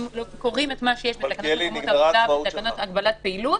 הם קוראים את מה שיש בתקנות מקומות עבודה ובתקנות הגבלת פעילות